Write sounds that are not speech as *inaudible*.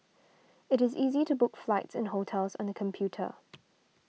it is easy to book flights and hotels on the computer *noise*